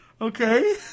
Okay